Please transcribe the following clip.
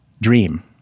dream